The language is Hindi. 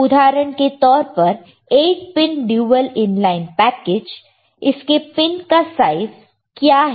उदाहरण के तौर पर 8 पिन ड्यूअल इनलाइन पैकेज इसके पिन का साइज क्या है